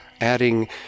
adding